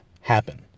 happen